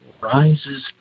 rises